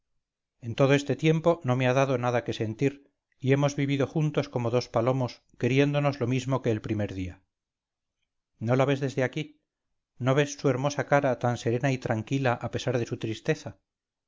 en todo este tiempo no me ha dado nada que sentir y hemos vivido juntos como dos palomos queriéndonos lo mismo que el primer día no la ves desde aquí no ves su hermosa cara tan serena y tranquila a pesar de su tristeza